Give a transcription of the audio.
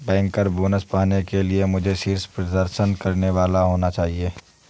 banker bonus पाने के लिए मुझे शीर्ष प्रदर्शन करने वाला होना चाहिए